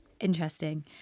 Interesting